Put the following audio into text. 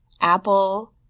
apple